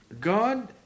God